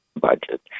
budget